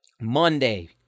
Monday